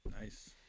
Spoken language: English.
Nice